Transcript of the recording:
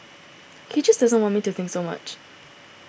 he just doesn't want me to think so much